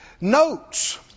notes